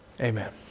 Amen